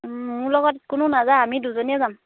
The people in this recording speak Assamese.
মোৰ লগত কোনো নাযায় আমি দুজনীয়ে যাম